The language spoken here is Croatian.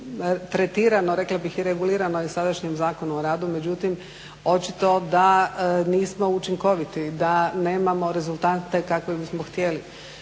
tretirano rekla bih i regulirano je sadašnjim Zakonom o radu, međutim očito da nismo učinkoviti, da nemamo rezultate kakve bismo htjeli.